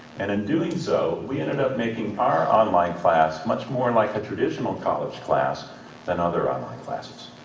and in doing so, we ended up making our online class much more and like a traditional college class than other online classes.